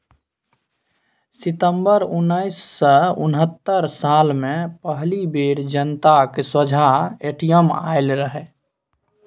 सितंबर उन्नैस सय उनहत्तर साल मे पहिल बेर जनताक सोंझाँ ए.टी.एम आएल रहय